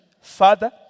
Father